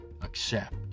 accept